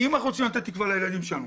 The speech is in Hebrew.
אם אנחנו רוצים לתת תקווה לילדים שלנו,